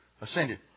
ascended